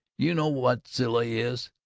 you know what zilla is.